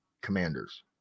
Commanders